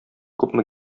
күпме